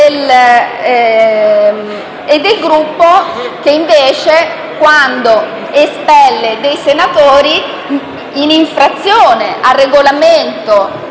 e al Gruppo che, quando espelle dei senatori in infrazione al Regolamento